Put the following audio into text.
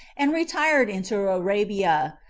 and retired into arabia,